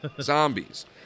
Zombies